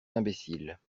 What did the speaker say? imbéciles